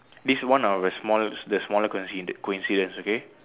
this one of the small the smaller coinci~ coincidence okay